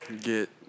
get